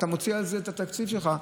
אתה מוציא על זה את התקציב שלך,